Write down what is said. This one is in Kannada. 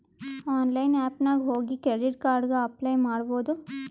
ಆನ್ಲೈನ್ ಆ್ಯಪ್ ನಾಗ್ ಹೋಗಿ ಕ್ರೆಡಿಟ್ ಕಾರ್ಡ ಗ ಅಪ್ಲೈ ಮಾಡ್ಬೋದು